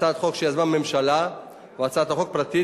הצעת חוק שיזמה הממשלה והצעת חוק פרטית